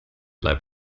leib